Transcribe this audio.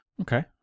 Okay